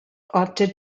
opted